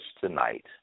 tonight